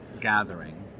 gathering